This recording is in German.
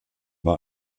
war